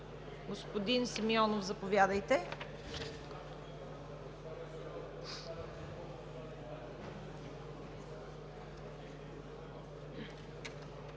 Господин Симеонов, заповядайте.